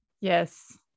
yes